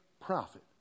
profit